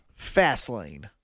Fastlane